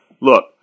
look